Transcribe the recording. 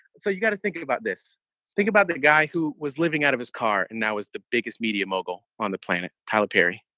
so you got to thinking about this thing, about the guy who was living out of his car and now is the biggest media mogul on the planet. tyler perry.